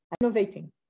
innovating